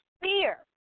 fear